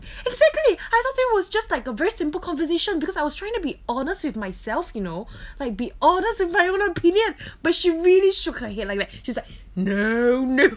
exactly I thought that was just like a very simple conversation because I was trying to be honest with myself you know like be honest with my own opinion but she really shook her head like that she's like no no